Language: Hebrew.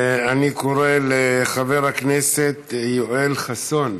אני קורא לחבר הכנסת יואל חסון.